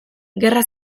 gerra